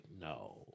no